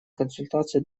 консультации